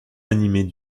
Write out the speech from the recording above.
animée